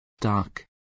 dark